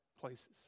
places